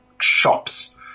shops